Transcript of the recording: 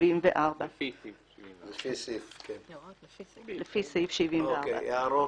לפי סעיף 74. הערות.